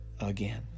again